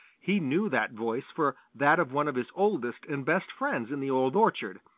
he knew that voice for that of one of his oldest and best friends in the old orchard,